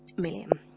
liam